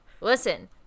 Listen